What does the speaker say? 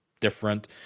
different